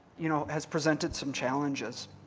you know has presented some challenges.